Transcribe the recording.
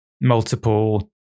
multiple